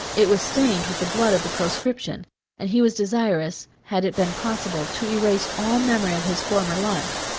it was stained with the blood of the proscription and he was desirous, had it been possible, to erase all memory of his former life.